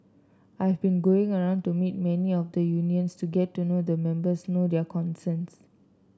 I've been going around to meet many of the unions to get to know the members know their concerns